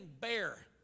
bear